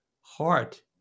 heart